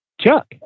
Chuck